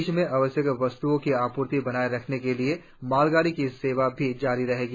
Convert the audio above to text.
देश में आवश्यक वस्त्ओं की आपूर्ति बनाए रखने के लिए मालगाडियों की सेवा भी जारी रहेगी